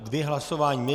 Dvě hlasování.